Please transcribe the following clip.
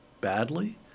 badly